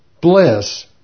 bliss